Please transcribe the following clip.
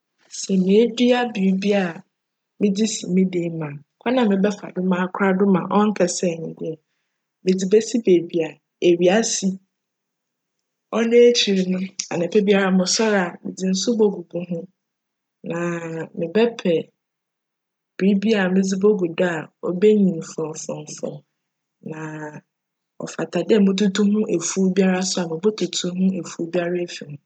Sj meedua biribi a medze si me dan mu a, kwan a mebjfa do m'akora do ma cnkjsj nye dj, medze besi beebi a ewia si. Cno ekyir no, anapa biara mosojr a, medze nsu bogugu ho na mebjpj biribi a medze bogu do a obenyin frcmfrcmfrcm na cfata dj mututu ho efuw biara so a, mobctutu no ho efuw biara efi ho.